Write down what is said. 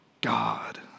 God